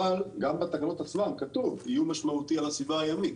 אבל גם בתקנות עצמן כתוב "איום משמעותי על הסביבה הימית",